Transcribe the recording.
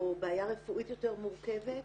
או בעיה רפואית יותר מורכבת,